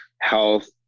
health